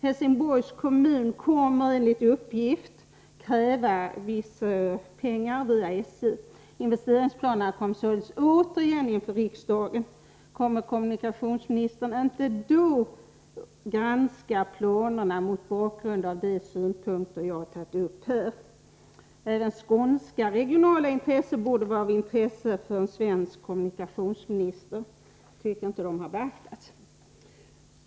Helsingborgs kommun kommer enligt uppgift att kräva pengar via SJ. Investeringsplanerna kommer således återigen inför riksdagen. Kommer kommunikationsministern då att granska planerna mot bakgrund av de synpunkter jag har tagit upp här? Även skånska regionala problem borde vara av intresse för en svensk kommunikationsminister. Jag tycker inte att de har beaktats.